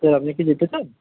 তো আপনি কি যেতে চান